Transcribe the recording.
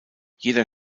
jeder